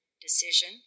decision